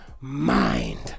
mind